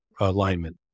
alignment